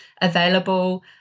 available